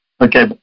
Okay